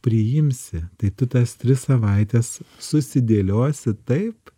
priimsi tai tu tas tris savaites susidėliosi taip